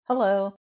Hello